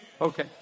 Okay